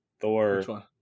Thor